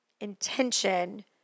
intention